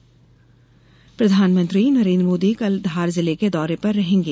मोदी दौरा प्रधानमंत्री नरेंद्र मोदी कल धार जिले के दौरे पर रहेंगे